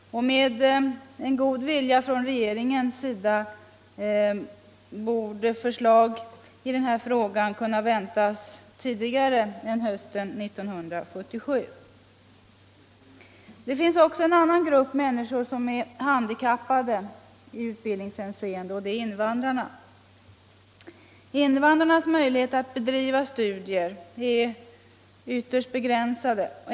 Med litet god vilja från regeringens sida borde dock förslag i denna fråga kunna väntas tidigare än hösten 1977. Det finns också en annan grupp människor som är handikappade i utbildningshänseende, nämligen invandrarna. Deras möjligheter att bedriva studier är ytterst begränsade.